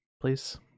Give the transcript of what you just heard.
please